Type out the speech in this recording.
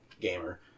gamer